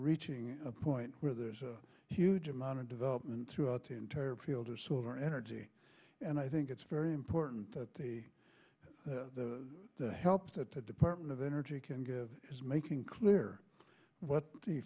reaching a point where there's a huge amount of development throughout the entire field of solar energy and i think it's very important that the the help that the department of energy can give is making clear what the